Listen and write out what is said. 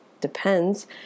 depends